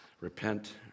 Repent